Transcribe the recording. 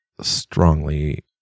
strongly